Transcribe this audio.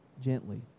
gently